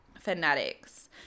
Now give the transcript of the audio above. fanatics